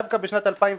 דווקא בשנת 2015,